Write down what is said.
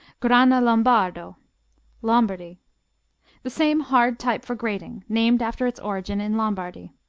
grana lombardo lombardy the same hard type for grating, named after its origin in lombardy.